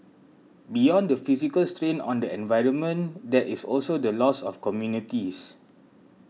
beyond the physical strain on the environment there is also the loss of communities